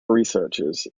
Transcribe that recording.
researchers